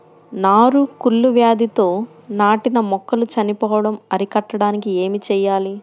నారు కుళ్ళు వ్యాధితో నాటిన మొక్కలు చనిపోవడం అరికట్టడానికి ఏమి చేయాలి?